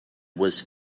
was